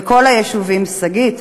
וכל היישובים, שגית,